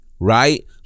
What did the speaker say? right